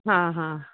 हा हा